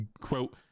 quote